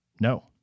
no